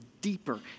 deeper